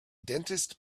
dentist